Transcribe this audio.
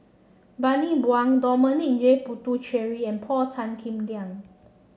Bani Buang Dominic J Puthucheary and Paul Tan Kim Liang